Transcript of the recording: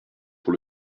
pour